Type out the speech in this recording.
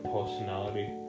Personality